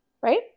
right